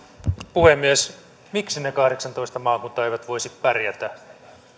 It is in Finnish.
puhemies miksi ne kahdeksantoista maakuntaa eivät voisi pärjätä